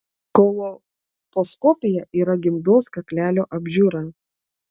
kolposkopija yra gimdos kaklelio apžiūra